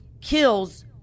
kills